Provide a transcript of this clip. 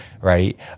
Right